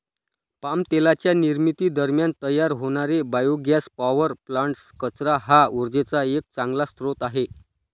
palm तेलाच्या निर्मिती दरम्यान तयार होणारे बायोगॅस पॉवर प्लांट्स, कचरा हा उर्जेचा एक चांगला स्रोत आहे